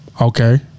Okay